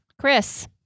Chris